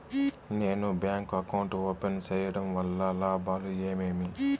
నేను bank account open సేయడం వల్ల లాభాలు ఏమేమి?